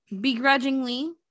begrudgingly